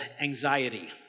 anxiety